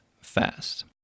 fast